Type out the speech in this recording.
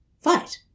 fight